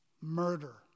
murder